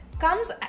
Comes